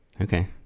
Okay